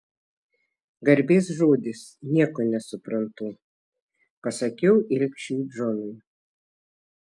garbės žodis nieko nesuprantu pasakiau ilgšiui džonui